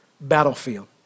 battlefield